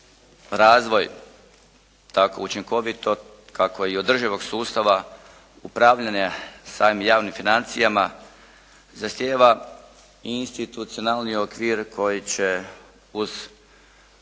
razvoj tako učinkovito kako i održivog sustava upravljanja sa ovim javnim financijama zahtijeva i institucionalni okvir koji će uz